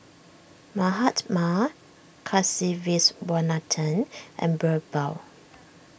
Mahatma Kasiviswanathan and Birbal